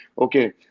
Okay